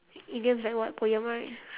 idioms like what poem right